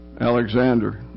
Alexander